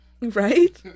right